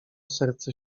serce